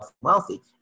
wealthy